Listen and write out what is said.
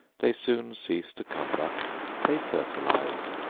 they soon cease to cumber they fertilize.